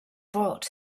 brought